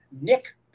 Nick